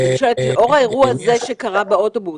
אני שואלת: לאור האירוע הזה שקרה באוטובוס,